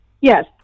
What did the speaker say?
Yes